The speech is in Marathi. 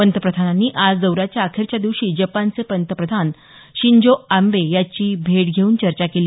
पंतप्रधानांनी आज दौऱ्याच्या अखेरच्या दिवशी जपानचे प्रधानमंत्री शिंजो आबे यांची भेट घेऊन चर्चा केली